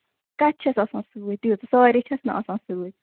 کَتہِ چھَس آسان سٍتۍ تیٖژٕ ساریٚے چھَس نہٕ آسان سۭتۍ